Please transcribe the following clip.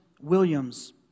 Williams